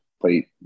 play